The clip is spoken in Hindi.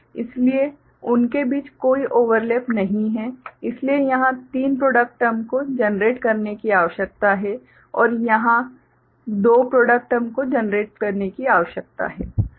इसलिए उनके बीच कोई ओवरलैप नहीं है इसलिए यहां तीन प्रॉडक्ट टर्म को जनरेटकरने की आवश्यकता है और यहां दो सुधार 4 नीला 1s एक टर्म 2 पीला 1s एक टर्म प्रॉडक्ट टर्म को जनरेट करने की आवश्यकता है